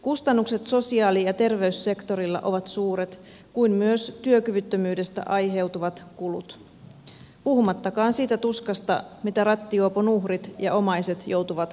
kustannukset sosiaali ja terveyssektorilla ovat suuret kuten myös työkyvyttömyydestä aiheutuvat kulut puhumattakaan siitä tuskasta mitä rattijuopon uhrit ja omaiset joutuvat kokemaan